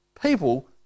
people